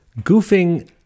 goofing